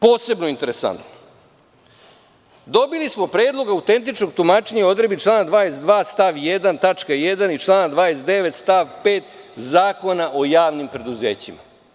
posebno interesantno, dobili smo predlog autentičnog tumačenja odredbi člana 22. stav 1. tačka 1) i člana 29. stav 5. Zakona o javnim preduzećima.